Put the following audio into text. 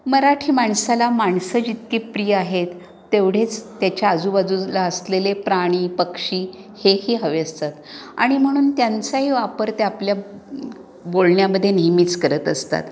मराठी माणसाला माणसं जितकी प्रिय आहेत तेवढेच त्याच्या आजूबाजूला असलेले प्राणी पक्षी हेही हवे असतात आणि म्हणून त्यांचाही वापर ते आपल्या बोलण्यामध्ये नेहमीच करत असतात